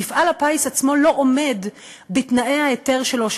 מפעל הפיס עצמו לא עומד בתנאי ההיתר שלו,